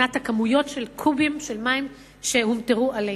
מבחינת הכמויות של מים שהומטרו עלינו.